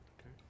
okay